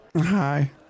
Hi